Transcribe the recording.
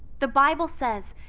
the bible says,